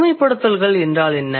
பொதுமைப்படுத்தல்கள் என்றால் என்ன